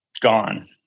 gone